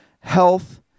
Health